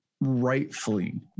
rightfully